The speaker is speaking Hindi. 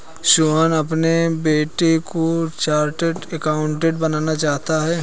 सोहन अपने बेटे को चार्टेट अकाउंटेंट बनाना चाहता है